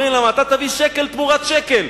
אומרים להם, אתה תביא שקל תמורת שקל,